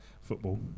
football